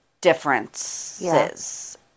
differences